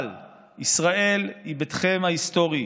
אבל ישראל היא ביתכם ההיסטורי,